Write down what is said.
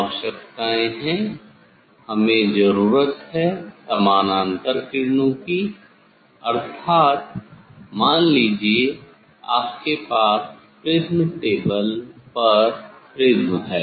आवश्यकताए है हमें जरूरत है समानांतर किरणों की अर्थात मान लीजिए आपके पास प्रिज़्म टेबल पर प्रिज़्म है